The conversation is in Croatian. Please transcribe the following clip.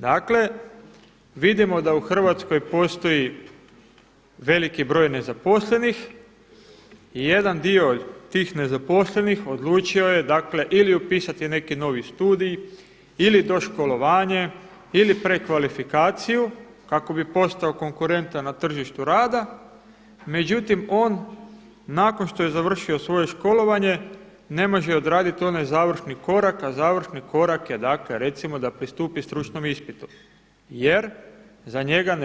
Dakle, vidimo da u Hrvatskoj postoji veliki broj nezaposlenih i jedan dio tih nezaposlenih odlučio je ili upisati neki novi studij ili doškolovanje ili prekvalifikaciju kako bi postao konkurentan na tržištu rada, međutim on nakon što je završio svoje školovanje ne može odraditi onaj završni korak, a završni korak je recimo da pristupi stručnom ispitu jer za njega